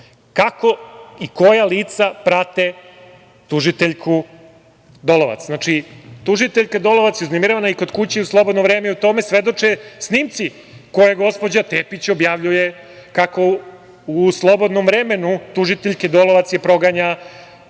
Kako i koja lica prate tužiteljku Dolovac? Znači, tužiteljka Dolac je uznemiravana kod kuće i u slobodno vreme i o tome svedoče snimci koje gospođa Tepić objavljuje, a kako u slobodnom vremenu tužiteljku Dolovac proganja,